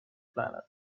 planet